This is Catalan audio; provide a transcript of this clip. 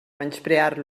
menysprear